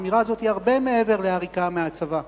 האמירה הזאת היא הרבה מעבר לעריקה מהצבא.